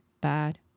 bad